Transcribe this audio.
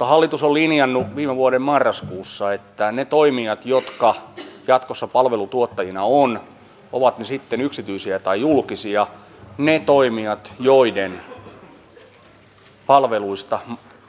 hallitus on linjannut viime vuoden marraskuussa että niiden toimijoiden jotka jatkossa palvelutuottajina ovat ovat ne sitten yksityisiä tai julkisia